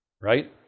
right